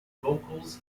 vocals